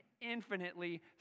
infinitely